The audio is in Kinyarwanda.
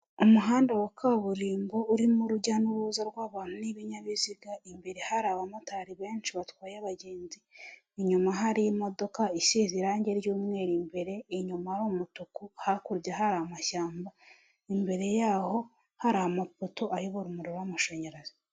Umuhanda wa kaburimbo, urimo urujya n'uruza rw'abantu n'ibinyabiziga, imbere hari abamotari benshi batwaye abagenzi, inyuma hari imodoka isize irangi ry'umweru imbere, inyuma ari umutuku, hakurya hari amashyamba, imbere yaho hari amapoto ayobora umuriro w'amashanyarazi.